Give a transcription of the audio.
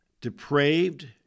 depraved